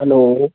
hello